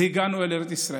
והגיעו לארץ ישראל.